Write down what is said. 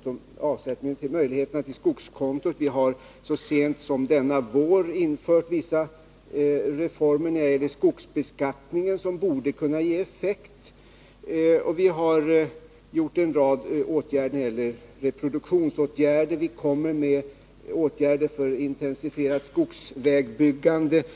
att göra avsättning till skogskonto. Så sent som denna vår har vi genomfört vissa reformer när det gäller skogsbeskattningen som borde kunna ge effekt. Vi har vidtagit en rad åtgärder med tanke på reproduktionen. och vi kommer med åtgärder för att intensifiera skogsvägbyggandet.